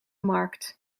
markt